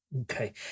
Okay